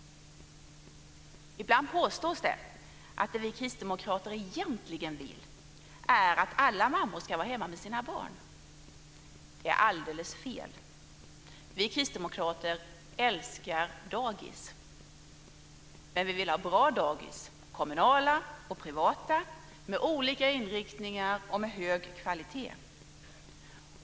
Ibland påstås det att det vi kristdemokrater egentligen vill är att alla mammor ska vara hemma med sina barn. Det är alldeles fel. Vi kristdemokrater älskar dagis. Men vi vill ha bra dagis, kommunala och privata, med olika inriktningar och med hög kvalitet.